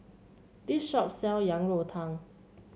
this shop sell Yang Rou Tang